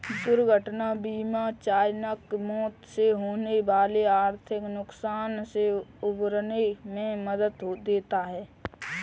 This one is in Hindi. दुर्घटना बीमा अचानक मौत से होने वाले आर्थिक नुकसान से उबरने में मदद देता है